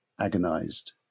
agonised